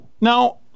Now –